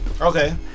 Okay